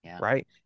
Right